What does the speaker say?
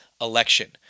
election